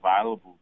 available